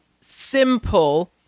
simple